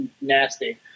nasty